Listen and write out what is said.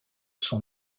sont